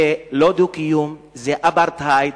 זה לא דו-קיום, זה אפרטהייד,